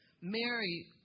Mary